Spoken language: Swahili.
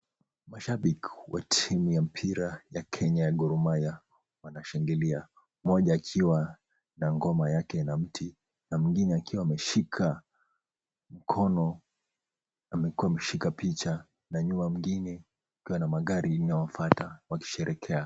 Mashabiki wa timu ya mpira ya Kenya Gor mahia wanashangilia, mmoja akiwa na ngoma yake na mti na mwingine akiwa ameshika mkono amekuwa ameshika picha na nyuma mwingine wakiwa na magari imewafuata wakisherekea.